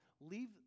Leave